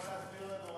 אתה יכול להסביר לנו רק,